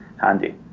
handy